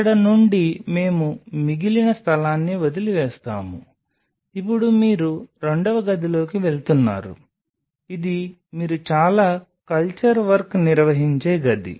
ఇక్కడ నుండి మేము మిగిలిన స్థలాన్ని వదిలివేస్తాము ఇప్పుడు మీరు రెండవ గదిలోకి వెళుతున్నారు ఇది మీరు చాలా కల్చర్ వర్క్ నిర్వహించే గది